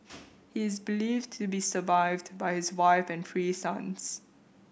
he is believed to be survived by his wife and three sons